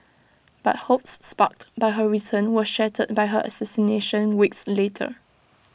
but hopes sparked by her return were shattered by her assassination weeks later